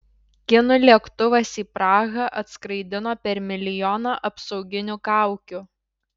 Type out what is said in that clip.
kinų lėktuvas į prahą atskraidino per milijoną apsauginių kaukių